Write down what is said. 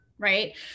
Right